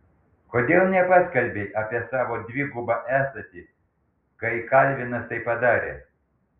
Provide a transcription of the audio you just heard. kodėl nepaskelbei apie savo dvigubą esatį kai kalvinas tai padarė